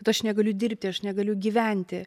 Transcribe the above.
kad aš negaliu dirbti aš negaliu gyventi